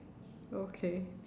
okay